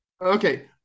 Okay